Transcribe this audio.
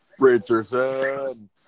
Richardson